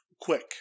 Quick